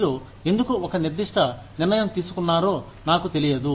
మీరు ఎందుకు ఒక నిర్దిష్ట నిర్ణయంతీసుకున్నారో నాకు తెలియదు